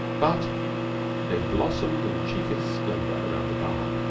but they blossomed in chiefest splendor round the bar,